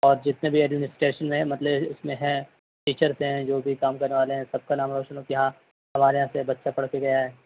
اور جتنے بھی ایڈمنسٹریشن ہیں مطلب اس میں ہیں ٹیچرس ہیں جو بھی کام کرنے والے ہیں سب کا نام روشن ہو کہ ہاں ہمارے یہاں سے یہ بچہ پڑھ کے گیا ہے